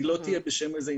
לא תהיה בשם איזה אינטרסנטים.